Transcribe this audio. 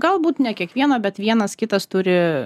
galbūt ne kiekvieno bet vienas kitas turi